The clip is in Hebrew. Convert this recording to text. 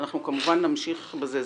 ואנחנו כמובן נמשיך בזה.